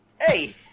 hey